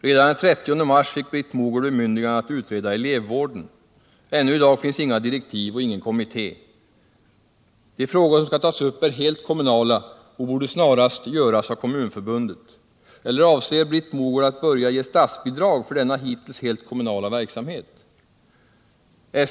Redan den 30 mars fick Britt Mogård bemyndigande att utreda elevvården. Ännu i dag finns inga direktiv och ingen kommitté. De frågor som skall tas upp är helt kommunala och borde snarast göras av Kommunförbundet. Eller avser Britt Mogård att börja ge statsbidrag för denna hittills helt kommunala verksamhet?